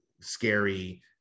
scary